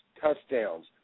touchdowns